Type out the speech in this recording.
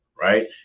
right